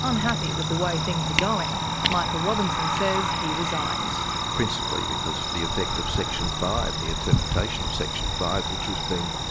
unhappy with the way things were going, michael robinson says he resigned. principally because of the effect of section five, and the interpretation of section five which was being,